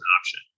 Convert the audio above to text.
option